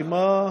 כי מה?